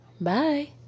bye